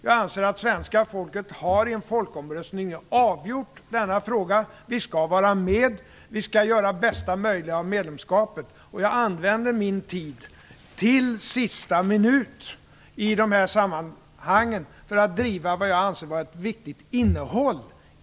Jag anser att svenska folket i en folkomröstning har avgjort denna fråga. Vi skall vara med, och vi skall göra det bästa möjliga av medlemskapet. Jag använder min tid till den sista minuten i de här sammanhangen för att driva frågor om vad jag anser vara ett viktigt innehåll.